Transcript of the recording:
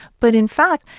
but, in fact,